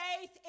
faith